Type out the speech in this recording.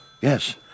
Yes